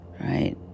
right